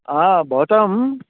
आ भवताम्